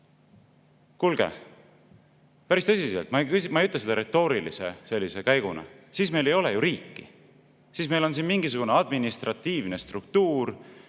Kuulge, päris tõsiselt, ma ei ütle seda retoorilise käiguna, siis meil ei ole ju riiki. Siis meil on mingisugune administratiivne struktuur,